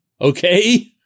okay